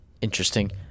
interesting